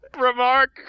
remark